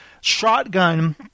shotgun